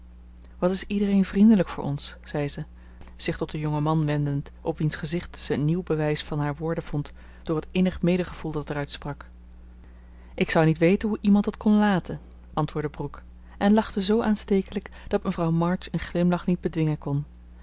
wat is iedereen vriendelijk voor ons zei ze zich tot den jongen man wendend op wiens gezicht ze een nieuw bewijs van haar woorden vond door het innig medegevoel dat er uit sprak ik zou niet weten hoe iemand dat kon laten antwoordde brooke en lachte zoo aanstekelijk dat mevrouw march een glimlach niet bedwingen kon